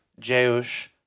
Jeush